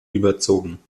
überzogen